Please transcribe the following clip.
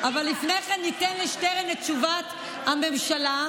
אבל לפני כן ניתן לשטרן את תשובת הממשלה.